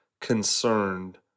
concerned